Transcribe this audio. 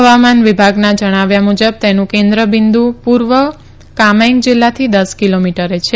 હવામાન વિભાગના જણાવ્યા મુજબ તેનું કેન્દ્ર બિન્દુ પૂર્વ કા મેન્ગ જિલ્લાથી દસ કિલોમીટરે છે